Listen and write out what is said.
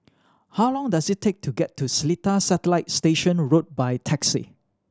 how long does it take to get to Seletar Satellite Station Road by taxi